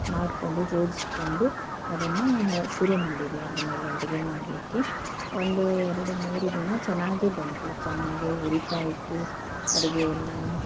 ಮಾಡಿಕೊಂಡು ಜೋಡಿಸ್ಕೊಂಡು ಅದನ್ನು ಶುರು ಮಾಡಿದೆ ಅದರ ಮೇಲೆ ಅಡಿಗೆ ಮಾಡಲಿಕ್ಕೆ ಒಂದು ಎರಡು ಮೂರು ದಿನ ಚೆನ್ನಾಗಿ ಬಂತು ಚೆನ್ನಾಗೆ ಉರಿತಾ ಇತ್ತು ಅಡಿಗೆಯೆಲ್ಲ